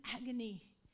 agony